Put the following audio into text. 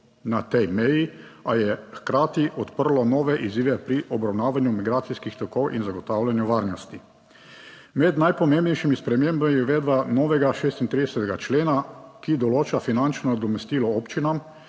na tej meji, a je hkrati odprlo nove izzive pri obravnavanju migracijskih tokov in zagotavljanju varnosti. Med najpomembnejšimi spremembami je uvedba novega 36. člena, ki določa finančno nadomestilo občinam,